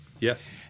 yes